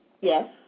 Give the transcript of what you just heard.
Yes